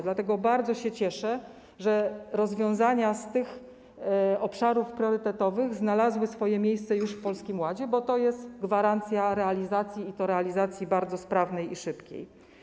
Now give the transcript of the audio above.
Dlatego bardzo się cieszę, że rozwiązania z tych obszarów priorytetowych znalazły już swoje miejsce w Polskim Ładzie, bo to jest gwarancja realizacji, i to realizacji bardzo sprawnej i szybkiej.